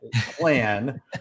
plan